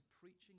preaching